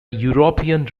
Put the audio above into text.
european